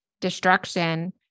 destruction